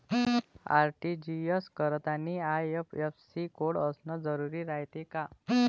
RTGS करतांनी IFSC code असन जरुरी रायते का?